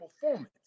performance